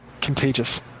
contagious